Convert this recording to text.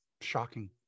shocking